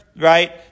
right